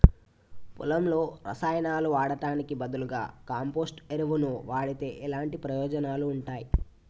పొలంలో రసాయనాలు వాడటానికి బదులుగా కంపోస్ట్ ఎరువును వాడితే ఎలాంటి ప్రయోజనాలు ఉంటాయి?